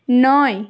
নয়